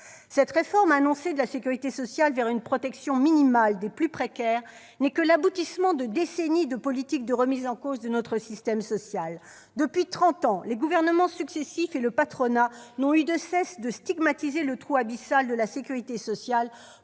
Cette réforme annoncée de la sécurité sociale vers une protection minimale des plus précaires n'est que l'aboutissement de décennies de politiques de remise en cause de notre système social. Depuis trente ans, les gouvernements successifs et le patronat n'ont eu de cesse de stigmatiser le « trou abyssal de la sécurité sociale